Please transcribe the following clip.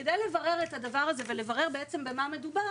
כדי לברר את הדבר הזה ובמה מדובר,